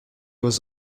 was